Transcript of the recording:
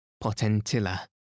potentilla